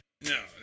no